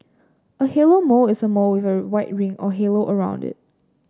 a halo mole is a mole with a white ring or halo around it